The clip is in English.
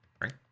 right